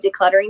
decluttering